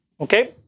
Okay